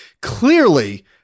Clearly